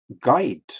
guide